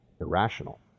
irrational